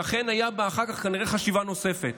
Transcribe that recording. שאכן, אחר כך הייתה כנראה חשיבה נוספת.